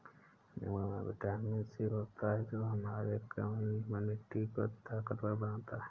नींबू में vitamin C होता है जो हमारे इम्यूनिटी को ताकतवर बनाता है